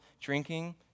drinking